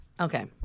Okay